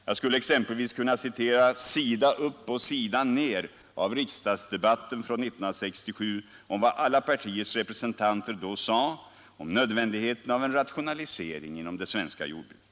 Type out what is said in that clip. Jag skulle exempelvis kunna citera sida upp och sida ned av riksdagsdebatten från 1967 vad alla partiers representanter då sade om nödvändigheten av en rationalisering inom det svenska jordbruket.